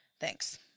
Thanks